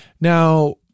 Now